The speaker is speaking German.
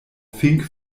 fink